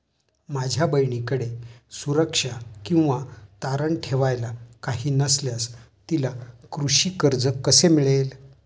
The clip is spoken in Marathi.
माझ्या बहिणीकडे सुरक्षा किंवा तारण ठेवायला काही नसल्यास तिला कृषी कर्ज कसे मिळेल?